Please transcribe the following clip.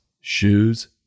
shoes